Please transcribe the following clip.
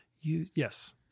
Yes